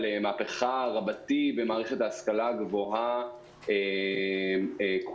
מהפכה רבתי במערכת ההשכלה הגבוהה כולה.